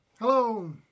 Hello